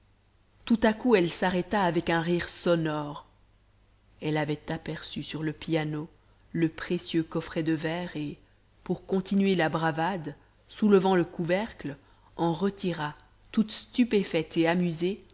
tout à coup elle s'arrêta avec un rire sonore elle avait aperçu sur le piano le précieux coffret de verre et pour continuer la bravade soulevant le couvercle en retira toute stupéfaite et amusée